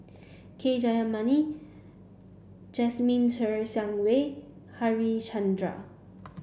K Jayamani Jasmine Ser Xiang Wei Harichandra